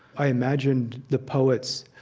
i imagined the poets,